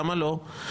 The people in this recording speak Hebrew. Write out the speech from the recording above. למה לא?